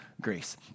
grace